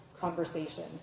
conversation